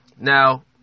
Now